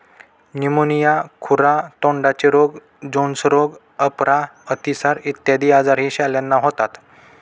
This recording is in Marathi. न्यूमोनिया, खुरा तोंडाचे रोग, जोन्स रोग, अपरा, अतिसार इत्यादी आजारही शेळ्यांना होतात